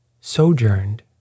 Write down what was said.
sojourned